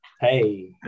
Hey